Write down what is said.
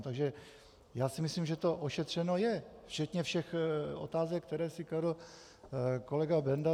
Takže já si myslím, že to ošetřeno je včetně všech otázek, které si kladl kolega Benda.